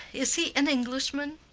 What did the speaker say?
is he an englishman?